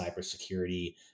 cybersecurity